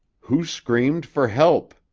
who screamed for help?